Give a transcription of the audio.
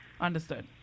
Understood